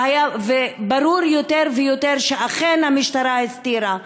וברור יותר ויותר שאכן המשטרה הסתירה,